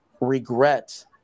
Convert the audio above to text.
regret